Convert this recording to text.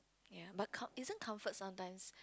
ya but com~ isn't comfort sometimes